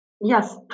Yes